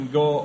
go